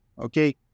okay